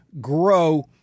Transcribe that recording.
grow